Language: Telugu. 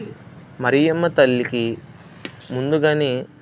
మరియమ్మ తల్లికి ముందుగానే